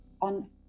on